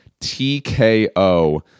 TKO